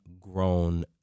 grown